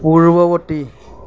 পূৰ্ৱবৰ্তী